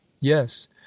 Yes